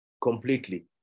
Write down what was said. completely